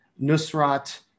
Nusrat